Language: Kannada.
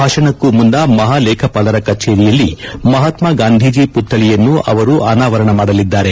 ಭಾಷಣಕ್ಕೂ ಮುನ್ನ ಮಹಾಲೇಖಾಪಾಲರ ಕಚೇರಿಯಲ್ಲಿ ಮಹಾತ್ನ ಗಾಂಧೀಜ ಪುತ್ತಳಿಯನ್ನು ಅವರು ಅನಾವರಣ ಮಾಡಲಿದ್ದಾರೆ